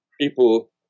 people